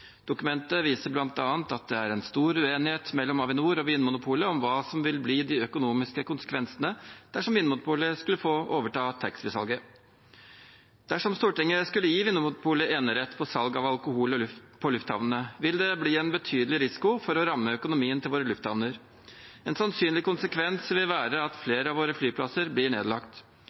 Dokumentet viser bl.a. at det er en stor uenighet mellom Avinor og Vinmonopolet om hva som vil bli de økonomiske konsekvensene dersom Vinmonopolet skulle få overta taxfree-salget. Dersom Stortinget skulle gi Vinmonopolet enerett på salg av alkohol på lufthavnene, vil det bli en betydelig risiko for å ramme økonomien til våre lufthavner. En sannsynlig konsekvens vil være at flere av våre flyplasser blir nedlagt.